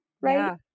right